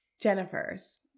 Jennifer's